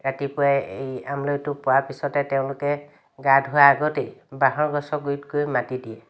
ৰাতিপুৱাই এই আমলৈ টোপ পোৱাৰ পিছতেই তেওঁলোকে গা ধোৱাৰ আগতেই বাঁহৰ গছৰ গুৰিত গৈ মাটি দিয়ে